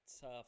tough